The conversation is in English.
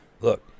look